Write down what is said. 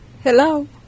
Hello